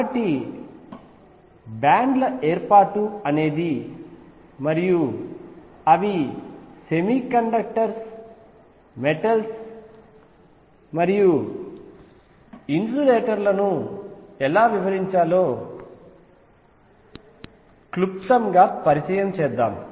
కాబట్టి బ్యాండ్ల ఏర్పాటు కి సంబంధించిన విషయాలు అవి సెమీకండక్టర్స్ మెటల్స్ మరియు ఇన్సులేటర్లను ఎలా వివరించాయి అనేది క్లుప్తంగా పరిచయం చేశాము